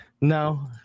No